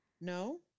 no